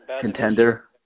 contender